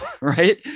right